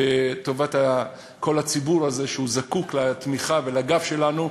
לטובת כל הציבור הזה שזקוק לתמיכה ולגב שלנו,